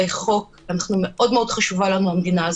זה כל מה שאני אעשה.